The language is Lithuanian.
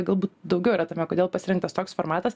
galbūt daugiau yra tame kodėl pasirinktas toks formatas